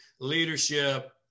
leadership